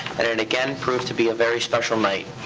and it again proved to be a very special night.